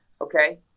okay